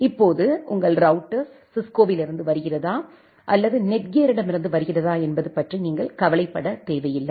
இப்போது உங்கள் ரௌட்டர்ஸ் சிஸ்கோவிலிருந்து வருகிறதா அல்லது நெட்கியரிடமிருந்து வருகிறதா என்பதைப் பற்றி நீங்கள் கவலைப்பட தேவையில்லை